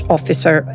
Officer